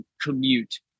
commute